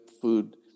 food